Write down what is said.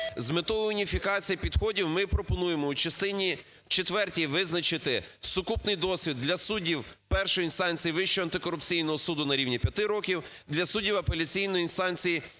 з метою уніфікації підходів ми пропонуємо в частині четвертій визначити сукупний досвід для суддів першої інстанції Вищого антикорупційного суду на рівні 5 років, для суддів апеляційної інстанції